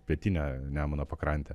pietine nemuno pakrante